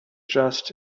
just